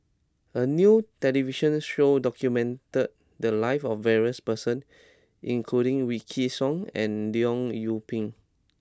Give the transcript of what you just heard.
a new television show documented the lives of various person including Wykidd Song and Leong Yoon Pin